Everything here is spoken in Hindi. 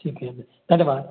ठीक है अब धन्यवाद